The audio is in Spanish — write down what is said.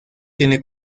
tiene